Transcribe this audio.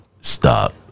Stop